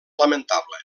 lamentable